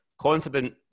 confident